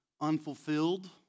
unfulfilled